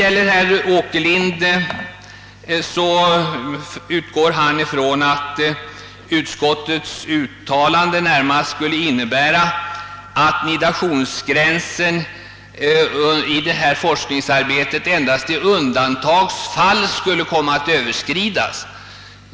Herr Åkerlind utgår ifrån att utskottets uttalande närmast skulle innebära, att nidationsgränsen i detta forskningsarbete endast i undantagsfall skulle komma att överskridas.